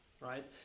right